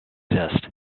exist